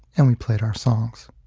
and we played our songs.